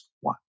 one